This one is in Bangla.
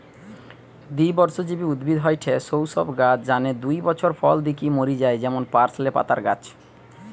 দ্বিবর্ষজীবী উদ্ভিদ হয়ঠে সৌ সব গাছ যানে দুই বছর ফল দিকি মরি যায় যেমন পার্সলে পাতার গাছ